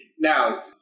Now